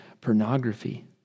pornography